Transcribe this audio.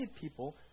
people